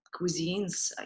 cuisines